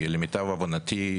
למיטב הבנתי,